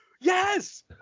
yes